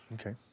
Okay